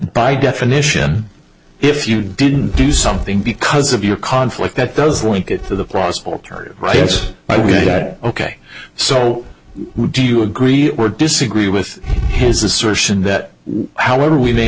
by definition if you didn't do something because of your conflict that those link it to the plausible alternative well yes ok so do you agree or disagree with his assertion that however we may